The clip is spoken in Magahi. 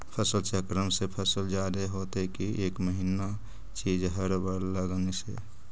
फसल चक्रन से फसल जादे होतै कि एक महिना चिज़ हर बार लगाने से?